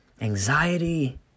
anxiety